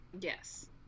yes